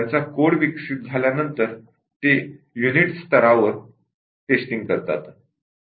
त्यांचा कोड विकसित झाल्यानंतर ते युनिट स्तरावर टेस्टिंग करतात